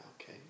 okay